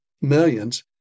millions